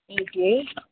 okay